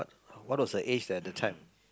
what was her age at the time